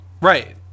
Right